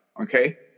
okay